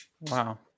Wow